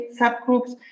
subgroups